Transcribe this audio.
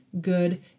good